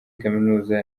kaminuza